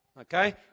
Okay